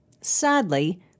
Sadly